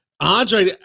Andre